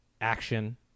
action